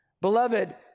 Beloved